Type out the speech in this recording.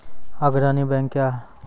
अग्रणी बैंक क्या हैं?